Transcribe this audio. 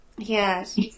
yes